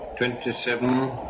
Twenty-seven